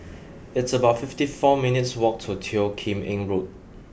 it's about fifty four minutes' walk to Teo Kim Eng Road